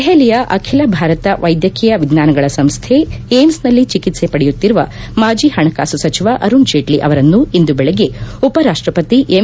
ದೆಹಲಿಯ ಅಖಿಲ ಭಾರತ ವೈದ್ಯಕೀಯ ವಿಜ್ಞಾನಗಳ ಸಂಸ್ಲೆ ಏಮ್ನೆನಲ್ಲಿ ಚಿಕಿತ್ತೆ ಪಡೆಯುತ್ತಿರುವ ಮಾಜಿ ಹಣಕಾಸು ಸಚಿವ ಅರುಣ್ ಜೇಟ್ನ ಅವರನ್ನು ಇಂದು ಬೆಳಗ್ಗೆ ಉಪರಾಷ್ಟಪತಿ ಎಂ